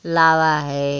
लावा है